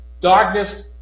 darkness